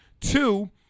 Two